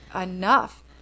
enough